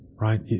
Right